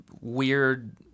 weird